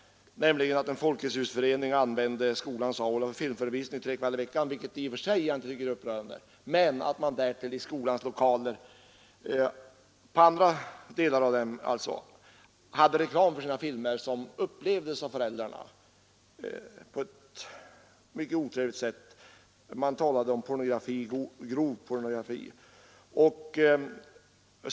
En Folketshusförening använde skolans aula för filmförevisning tre kvällar i veckan — vilket jag i och för sig inte finner upprörande. Men därtill hade man i skolans lokaler — alltså i andra delar av skolan — reklam för sina filmer, en reklam som upplevdes av föräldrarna på ett mycket otrevligt sätt — det talades om grov pornografi.